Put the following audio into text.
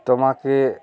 তোমাকে